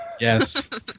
yes